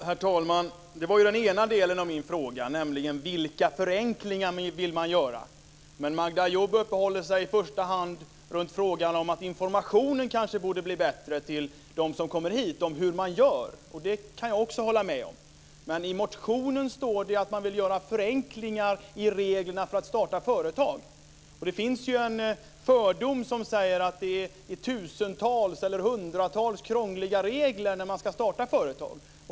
Herr talman! Det var den ena delen av min fråga, nämligen vilka förenklingar som man vill göra. Men Magda Ayoub uppehåller sig i första hand runt frågan om att informationen kanske borde bli bättre till dem som kommer hit om hur man gör. Det kan jag också hålla med om. Men i motionen står det att man vill förenkla reglerna för att starta företag. Det finns en fördom som säger att det finns hundratals krångliga regler när man ska starta företag.